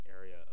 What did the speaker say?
area